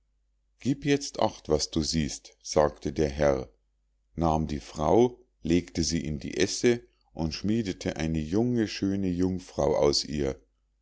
gieb jetzt acht was du siehst sagte der herr nahm die frau legte sie in die esse und schmiedete eine junge schöne jungfrau aus ihr